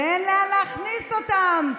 ואין לאן להכניס אותם?